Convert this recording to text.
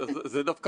של לימוד,